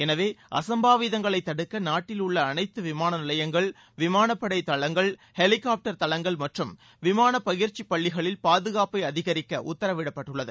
எனவே அசம்பாவிதங்களைத் தடுக்க நாட்டிலுள்ள அனைத்து விமான நிலையங்கள் விமானப்படை தளங்கள் ஹெலிகாப்டர் தளங்கள் மற்றும் விமான பயிற்சிப் பள்ளிகளில் பாதுகாப்பை அதிகரிக்க உத்தரவிடப்பட்டுள்ளது